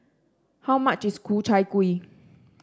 how much is Ku Chai Kueh